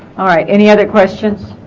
all right any other questions